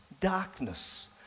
darkness